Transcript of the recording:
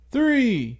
Three